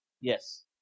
yes